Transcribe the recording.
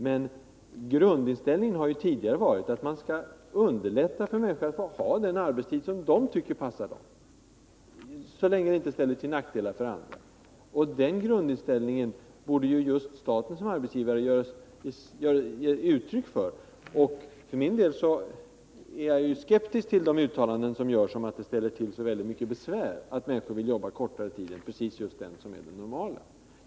Men grundinställningen har tidigare varit att man skall underlätta för människorna att ha den arbetstid som de själva tycker passar dem, så länge det inte ställer till nackdelar för andra. Den grundinställningen borde staten som arbetsgivare ge uttryck för. För min del är jag skeptisk till de uttalanden som görs, om att det ställer till så mycket besvär att människor vill jobba kortare tid än precis den normala.